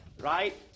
right